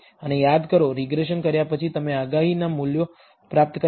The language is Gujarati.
અને યાદ કરો રીગ્રેસન કર્યા પછી તમે આગાહી મૂલ્યો પ્રાપ્ત કરેલા